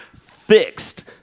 fixed